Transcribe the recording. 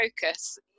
focus